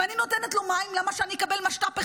אם אני נותנת לו מים, למה שאני אקבל משת"פ אחד?